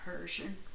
Persian